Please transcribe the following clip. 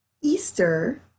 Easter